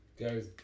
guys